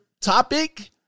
topic